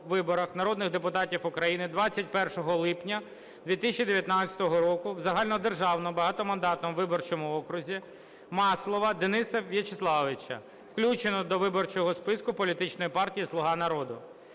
виборах народних депутатів України 21 липня 2019 року в загальнодержавному багатомандатному виборчому окрузі Маслова Дениса Вячеславовича, включено до виборчого списку політичної партії "Слуга народу".